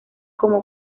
como